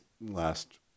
last